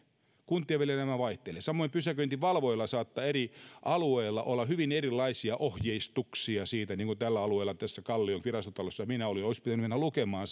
kuntien välillä nämä vaihtelevat samoin pysäköintivalvojilla saattaa eri alueilla olla hyvin erilaisia ohjeistuksia siitä niin kuin tällä alueella kallion virastotalossa jossa minä olin olisi pitänyt mennä lukemaan